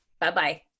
Bye-bye